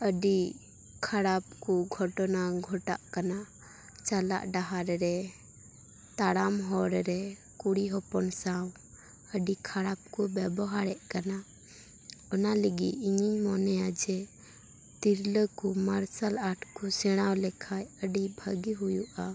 ᱟᱹᱰᱤ ᱠᱷᱟᱨᱟᱯ ᱠᱚ ᱜᱷᱚᱴᱚᱱᱟ ᱜᱷᱚᱴᱟᱜ ᱠᱟᱱᱟ ᱪᱟᱞᱟᱜ ᱰᱟᱦᱟᱨ ᱨᱮ ᱛᱟᱲᱟᱢ ᱦᱚᱨ ᱨᱮ ᱠᱩᱲᱤ ᱦᱚᱯᱚᱱ ᱥᱟᱶ ᱟᱹᱰᱤ ᱠᱷᱟᱨᱟᱯ ᱠᱚ ᱵᱮᱵᱚᱦᱟᱨᱮᱜ ᱠᱟᱱᱟ ᱚᱱᱟ ᱞᱟᱹᱜᱤᱜ ᱤᱧᱤᱧ ᱢᱚᱱᱮᱭᱟ ᱡᱮ ᱛᱤᱨᱞᱟᱹ ᱠᱚ ᱢᱟᱨᱥᱟᱞ ᱟᱸᱴ ᱠᱚ ᱥᱮᱬᱟ ᱞᱮᱠᱷᱟᱡ ᱟᱹᱰᱤ ᱵᱷᱟᱜᱮ ᱦᱩᱭᱩᱜᱼᱟ